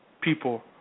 People